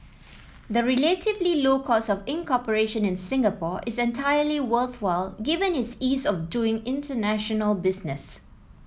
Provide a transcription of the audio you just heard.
the relatively low cost of incorporation in Singapore is entirely worthwhile given its ease of doing international business